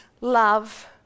love